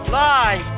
live